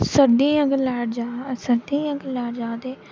सर्दियें च अगर लाइट जा सर्दियें च अगर लाइट जा ते